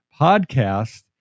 podcast